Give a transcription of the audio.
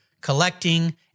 collecting